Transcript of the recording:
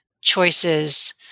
choices